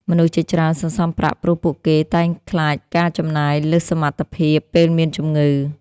មនុស្សជាច្រើនសន្សុំប្រាក់ព្រោះពួកគេតែងខ្លាចការចំណាយលើសសមត្ថភាពពេលមានជំងឺ។